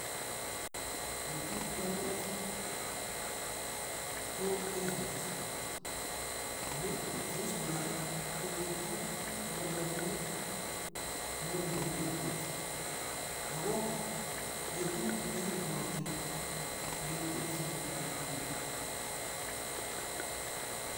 Petut nachame ko krismas, amu krismas ko petu nepaipachini ingweny komukul, ako petut nekipwati siket eng' siket ap cheiso.